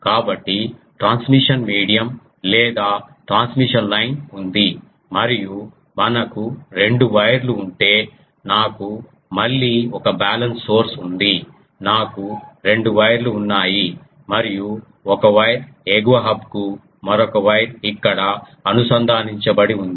కాబట్టి transmission medium లేదా transmission line ఉంది మరియు మనకు రెండు వైర్లు ఉంటే నాకు మళ్ళీ ఒక బ్యాలెన్స్ సోర్స్ ఉంది నాకు రెండు వైర్లు ఉన్నాయి మరియు ఒక వైర్ ఎగువ హబ్ కు మరొక వైర్ ఇక్కడ అనుసంధానించబడి ఉంది